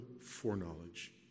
foreknowledge